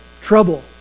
trouble